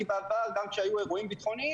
כי בעבר גם כאשר היו אירועים ביטחוניים,